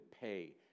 pay